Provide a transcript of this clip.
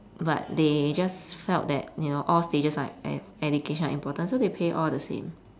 but they just felt that you know all stages like e~ education are important so they pay all the same